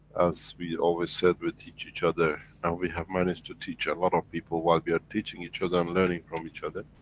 as we always said, we teach each other. and we have managed, to teach a lot of people. while we are teaching each um learning from each other.